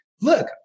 look